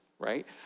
right